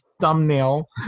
thumbnail